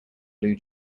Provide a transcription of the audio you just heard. blue